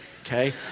Okay